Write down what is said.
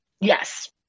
Yes